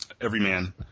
Everyman